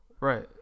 Right